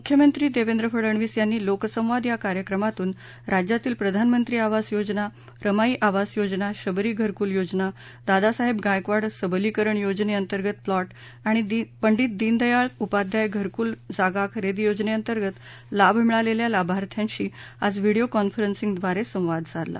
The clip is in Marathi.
मुख्यमंत्री देवेंद्र फडणवीस यांनी लोकसंवाद या कार्यक्रमातून राज्यातील प्रधानमंत्री आवास योजना रमाई आवास योजना शबरी घरकुल योजना दादा साहेब गायकवाड सबलीकरण योजने अंतर्गत प्लॉट आणि पंडित दीनदयाळ उपाध्याय घरकुल जागा खरेदी योजनेंतर्गत लाभ मिळालेल्या लाभार्थ्यांशी आज व्हिडिओ कॉन्फरन्सींगद्वारे संवाद साधला